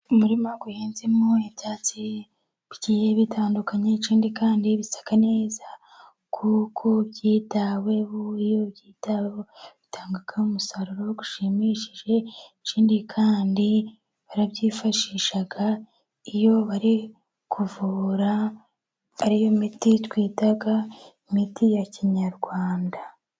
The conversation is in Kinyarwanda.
Umurima uhinzemo ibyatsi bigiye bitandukanye, ikindi kandi bisa neza kuko byitaweho iyo byitaweho bitanga umusaruro ushimishije, ikindi kandi barabyifashisha iyo bari kuvura ari yo miti twita imiti ya kinyarwanda.